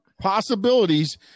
Possibilities